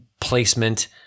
placement